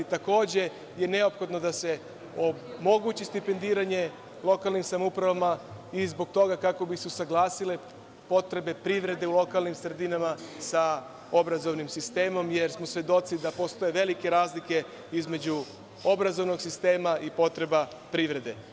Takođe je neophodno da se omogući stipendiranje lokalnim samoupravama i zbog toga kako bi se usaglasile potrebe privrede u lokalnim sredinama sa obrazovnim sistemom, jer smo svedoci da postoje velike razlike između obrazovnog sistema i potreba privrede.